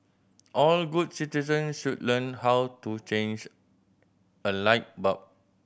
all good citizen should learn how to change a light bulb